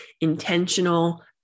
intentional